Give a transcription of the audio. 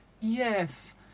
Yes